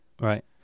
Right